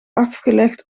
afgelegd